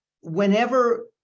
whenever